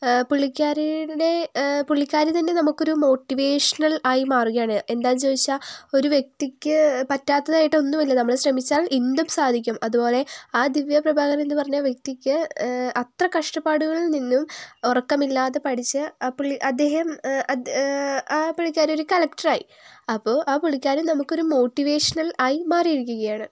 പുള്ളിക്കാരി തന്നെ പുള്ളിക്കാരി തന്നെ നമുക്കൊരു മോട്ടിവേഷണൽ ആയി മാറുകയാണ് എന്താണെന്നു ചോദിച്ചാൽ ഒരു വ്യക്തിക്ക് പറ്റാത്തതായിട്ട് ഒന്നുമില്ല നമ്മൾ ശ്രമിച്ചാൽ എന്തും സാധിക്കും അതുപോലെ ആ ദിവ്യ പ്രഭാകർ എന്നു പറഞ്ഞ വ്യക്തിക്ക് അത്ര കഷ്ടപ്പാടുകളിൽ നിന്നും ഉറക്കമില്ലാതെ പഠിച്ച് ആ പുള്ളി അദ്ദേഹം ആ പുള്ളിക്കാരി ഒരു കലക്ടറായി അപ്പോൾ ആ പുള്ളിക്കാരി നമുക്കൊരു മോട്ടിവേഷണൽ ആയി മാറിയിരിക്കുകയാണ്